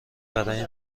برای